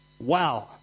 Wow